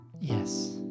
yes